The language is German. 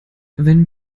wenn